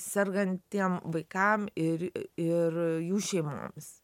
sergantiem vaikam ir ir jų šeimoms